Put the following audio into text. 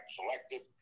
selected